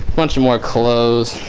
much more clothes